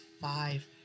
five